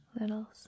little